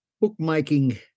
Bookmaking